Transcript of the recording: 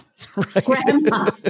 Grandma